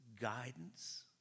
guidance